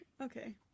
Okay